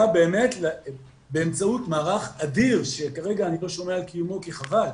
באמת באמצעות מערך אדיר שכרגע אני לא שומע על קיומו וחבל,